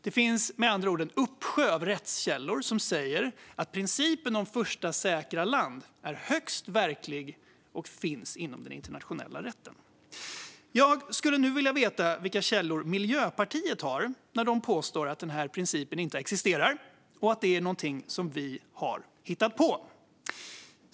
Det finns med andra ord en uppsjö av rättskällor som säger att principen om första säkra land är högst verklig och finns inom den internationella rätten. Jag skulle nu vilja veta vilka källor Miljöpartiet har när de påstår att den här principen inte existerar utan är någonting som vi har hittat på.